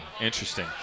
interesting